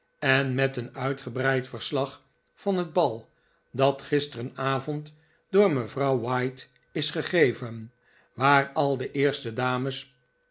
en met een uitgebreid verslag van het bal dat gisterenavond door mevrouw white is gegeven waar al de eerste dames